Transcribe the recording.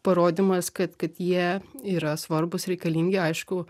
parodymas kad kad jie yra svarbūs reikalingi aišku